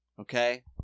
Okay